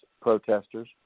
protesters